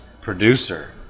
producer